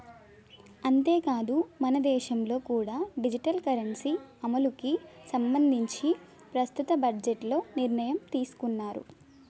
అంతేకాదు మనదేశంలో కూడా డిజిటల్ కరెన్సీ అమలుకి సంబంధించి ప్రస్తుత బడ్జెట్లో నిర్ణయం తీసుకున్నారు